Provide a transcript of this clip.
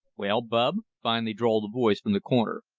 well, bub, finally drawled a voice from the corner,